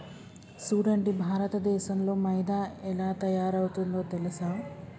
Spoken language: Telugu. సూడండి భారతదేసంలో మైదా ఎలా తయారవుతుందో తెలుసా